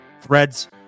Threads